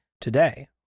Today